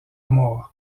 moore